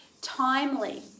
timely